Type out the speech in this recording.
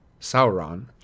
Sauron